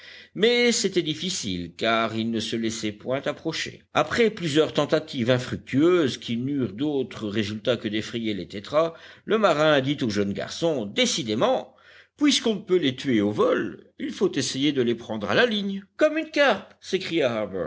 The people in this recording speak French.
mais c'était difficile car ils ne se laissaient point approcher après plusieurs tentatives infructueuses qui n'eurent d'autre résultat que d'effrayer les tétras le marin dit au jeune garçon décidément puisqu'on ne peut les tuer au vol il faut essayer de les prendre à la ligne comme une carpe s'écria